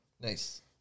Nice